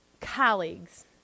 colleagues